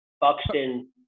Buxton